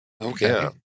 Okay